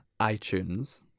iTunes